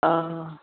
অঁ